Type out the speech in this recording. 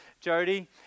Jody